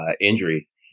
injuries